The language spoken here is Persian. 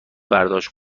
برداشت